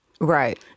Right